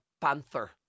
panther